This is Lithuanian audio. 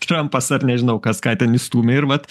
trampas ar nežinau kas ką ten įstūmė ir vat